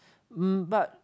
um but